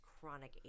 chronic